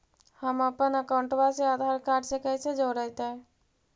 हमपन अकाउँटवा से आधार कार्ड से कइसे जोडैतै?